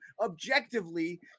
objectively